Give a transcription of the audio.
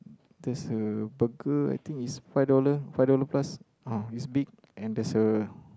that's a burger I think is five dollars five dollars plus uh is big and there's a